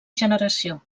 generació